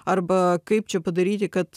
arba kaip čia padaryti kad